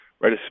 right